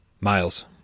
Miles